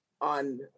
on